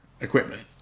equipment